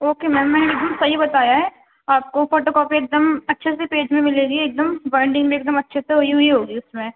okay ma'am میں نے بالکل صحیح بتایا ہے آپ کو فوٹو کاپی ایک دم اچھے سے پیج میں مِلے گی ایک دم بائنڈنگ بھی ایک دم اچھے سے ہوئی ہوئی ہوگی اُس میں